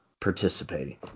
participating